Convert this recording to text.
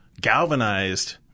galvanized